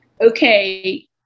okay